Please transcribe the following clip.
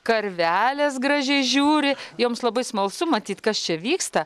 karvelės gražiai žiūri joms labai smalsu matyt kas čia vyksta